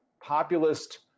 populist